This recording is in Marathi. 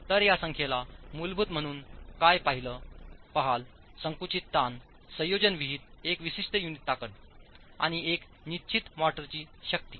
तर या संख्येला मूलभूत म्हणून काय पहाल संकुचित ताण संयोजन विहितएक विशिष्टयुनिट ताकद आणि एक निश्चित मोर्टाची शक्ती